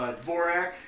Dvorak